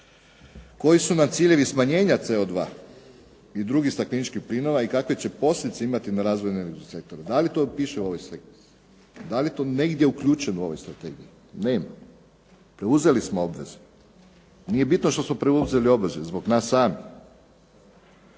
Koji su nam ciljevi smanjenja CO2 i drugih stakleničkih plinova i kakve će posljedice imati na razvojne sektore? Da li to piše …/Govornik se ne razumije./… Da li je to negdje uključeno u ovoj strategiji? Nema. Preuzeli smo obveze. Nije bitno što smo preuzeli obveze, zbog nas samih.